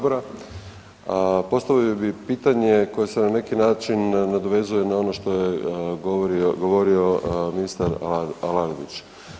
Postavio bi pitanje koje se na neki način nadovezuje na ono što je govorio, govorio ministar Aladrović.